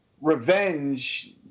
revenge